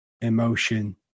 emotion